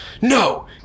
no